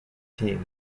team